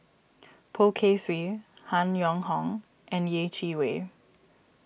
Poh Kay Swee Han Yong Hong and Yeh Chi Wei